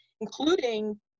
including